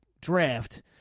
draft